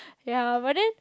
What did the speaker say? ya but then